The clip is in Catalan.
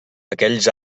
aquells